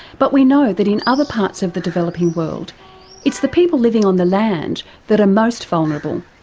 but we know that in other parts of the developing world it's the people living on the land that are most vulnerable.